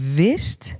wist